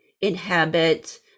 inhabit